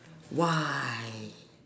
why